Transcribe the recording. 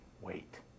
wait